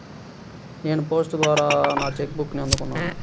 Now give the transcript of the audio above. నేను పోస్ట్ ద్వారా నా చెక్ బుక్ని అందుకున్నాను